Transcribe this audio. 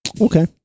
Okay